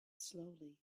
slowly